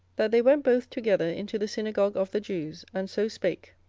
that they went both together into the synagogue of the jews, and so spake,